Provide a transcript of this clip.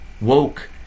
Woke